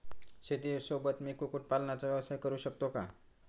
शेतीसोबत मी कुक्कुटपालनाचा व्यवसाय करु शकतो का?